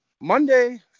Monday